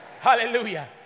Hallelujah